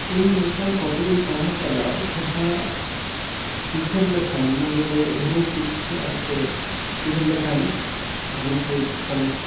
ᱤᱧ ᱱᱚᱝᱠᱟ ᱯᱚᱛᱚᱵ ᱤᱧ ᱯᱟᱲᱦᱟᱣ ᱟᱠᱟᱫᱟ ᱡᱟᱦᱟᱸ ᱩᱭᱦᱟᱹᱨ ᱞᱮᱠᱷᱟᱱ ᱢᱚᱱᱮ ᱨᱮ ᱨᱩᱢᱩᱭ ᱜᱮ ᱵᱩᱷᱟᱹᱣ ᱟ ᱥᱮ ᱩᱭᱦᱟᱹᱨ ᱞᱮᱠᱷᱟᱱ ᱵᱷᱟᱵᱤᱛ ᱜᱮ ᱥᱟᱱᱟ ᱦᱟᱜ